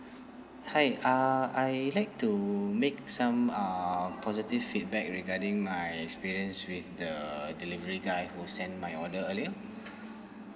hi uh I'd like to make some uh positive feedback regarding my experience with the delivery guy who sent my order earlier